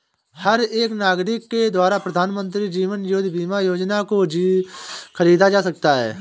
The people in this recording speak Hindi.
हर एक नागरिक के द्वारा प्रधानमन्त्री जीवन ज्योति बीमा योजना को खरीदा जा सकता है